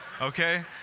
okay